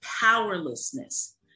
powerlessness